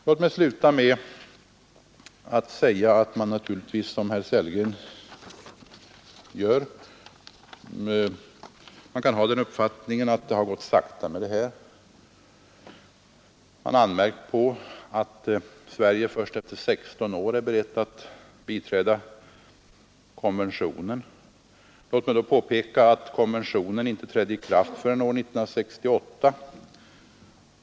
Låt mig sluta med att säga att man naturligtvis — som herr Sellgren gjorde — kan ha den uppfattningen att det har gått sakta framåt på detta område. Från vissa håll har det anmärkts på att Sverige först efter 16 år är berett att biträda konventionen. Låt mig då påpeka att konventionen inte trädde i kraft förrän år 1968.